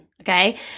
Okay